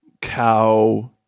cow